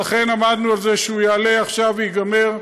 ולכן עמדנו על זה שהוא יעלה עכשיו וייגמר.